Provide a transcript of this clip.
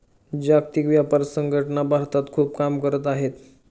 जागतिक व्यापार संघटना भारतात खूप काम करत आहे